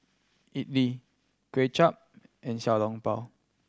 idly Kway Chap and Xiao Long Bao